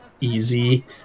easy